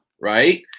right